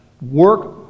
work